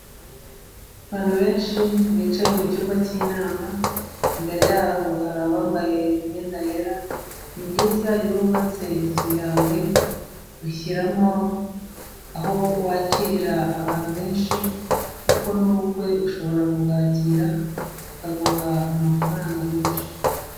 Abana benshi bicaye mu cyumba cy'inama imbere yabo hari abambaye imyenda yera. Ni byiza iyo wubatse inzu yawe ushyiramo aho wakirira abantu benshi kuko n'ubukwe ushobora kubyakira, bakaguha amafaranga menshi.